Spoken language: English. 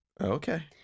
Okay